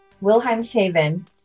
Wilhelmshaven